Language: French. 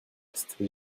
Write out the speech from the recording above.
reste